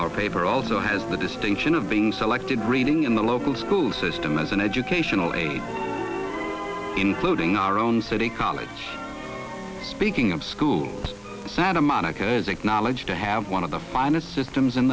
our paper also has the distinction of being selected reigning in the local school system as an educational aid including our own city college speaking of schools santa monica is acknowledged to have one of the finest systems in